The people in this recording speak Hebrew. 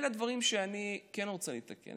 אלה דברים שאני כן רוצה לתקן.